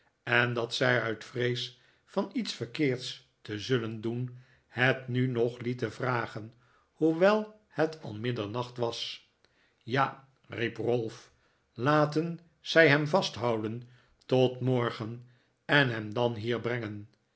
en dat zij uit vrees van iets verkeerds te zullen doen het nu nog lieten vragen hoewel het al middernacht was ja riep ralph laten zij hem vasthouden tot morgen en hem dan hier brengen